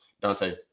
dante